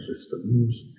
systems